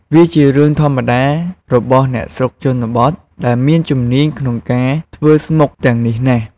វាជារឿងធម្មតារបស់អ្នកស្រុកជនបទដែលមានជំនាញក្នុងការធ្វើស្មុកទាំងនេះណាស់។